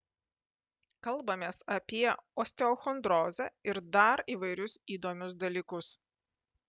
kalbamės apie osteochondrozę ir dar įvairius įdomius dalykus